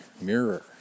mirror